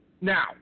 Now